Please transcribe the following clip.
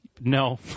No